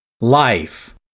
Life